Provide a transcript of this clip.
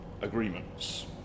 agreements